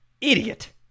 Idiot